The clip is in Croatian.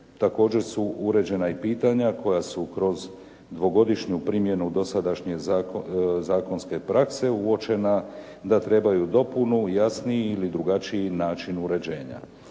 Također su uređena i pitanja koja su kroz dvogodišnju primjenu dosadašnje zakonske prakse uočena da trebaju dopunu, jasniji ili drugačiji način uređenja.